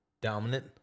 dominant